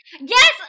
Yes